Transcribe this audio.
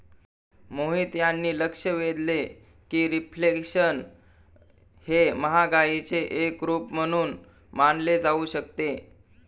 मोहित यांनी लक्ष वेधले की रिफ्लेशन हे महागाईचे एक रूप म्हणून मानले जाऊ शकते